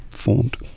formed